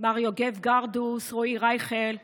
מר יוגב גרדוס, רועי רייכר וגב'